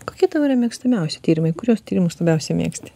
kokie tavo yra mėgstamiausi tyrimai kuriuos tyrimus labiausiai mėgsti